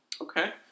Okay